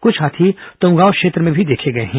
कुछ हाथी तुमगांव क्षेत्र में भी देखे गए हैं